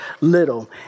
little